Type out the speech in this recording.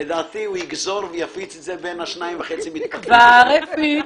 לדעתי הוא יגזור ויפיץ את זה בין השניים וחצי מתפקדים --- כבר הפיץ